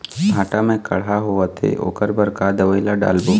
भांटा मे कड़हा होअत हे ओकर बर का दवई ला डालबो?